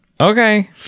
okay